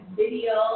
video